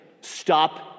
stop